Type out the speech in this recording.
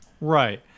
Right